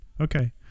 Okay